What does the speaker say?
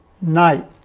night